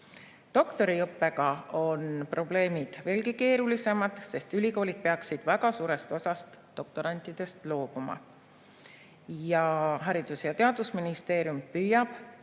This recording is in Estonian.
Doktoriõppega on probleemid veelgi keerulisemad, sest ülikoolid peaksid väga suurest osast doktorantidest loobuma. Haridus- ja Teadusministeerium püüab